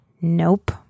nope